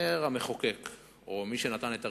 אומר המחוקק או מי שנתן את הרשיון,